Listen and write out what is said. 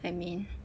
I mean